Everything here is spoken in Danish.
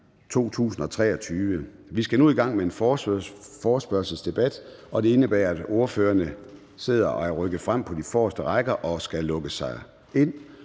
2023. Vi skal nu i gang med en forespørgselsdebat, og det indebærer, at ordførerne rykker frem på de forreste rækker og skal trykke sig ind.